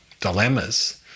dilemmas